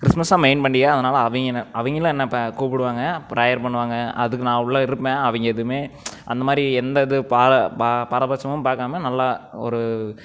Christmas தான் main பண்டிகை அதனால் அவங்க அவங்களும் என்னை அப்போ கூப்பிடுவாங்க பிரேயர் பண்ணுவாங்க அதுக்கு நான் உள்ளே இருப்பேன் அவங்க எதுவுமே அந்த மாதிரி எந்த இது பாரபட்சமும் பார்க்காம நல்லா ஒரு